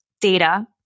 data